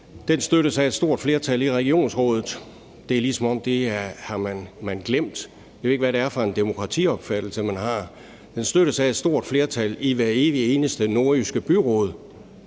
støttes af et stort flertal i regionsrådet. Det er, som om man ligesom har glemt det. Jeg ved ikke, hvad det er for en demokratiopfattelse, man har. Den støttes af et stort flertal i hvert evig eneste nordjyske byråd.